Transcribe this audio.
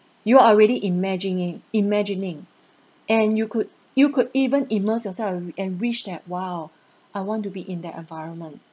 you are ready imagingin~ imagining and you could you could even immerse yourself and w~ and wish that !wow! I want to be in that environment